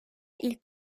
ilk